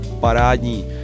parádní